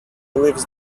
lives